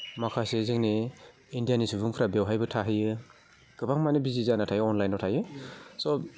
माखासे जोंनि इण्डियानि सुबुंफ्रा बेवहायबो थाहैयो गोबां माने बिजि जाना थायो अनलाइनआव थायो स'